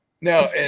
No